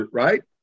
right